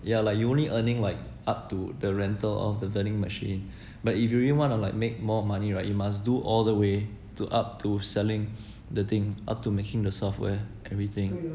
ya like you only earning like up to the rental of the vending machine but if you really want to like make more money right you must do all the way to up to selling the thing up to making the software everything